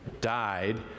died